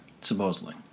Supposedly